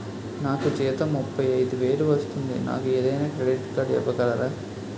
నాకు జీతం ముప్పై ఐదు వేలు వస్తుంది నాకు ఏదైనా క్రెడిట్ కార్డ్ ఇవ్వగలరా?